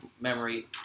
memory